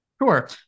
Sure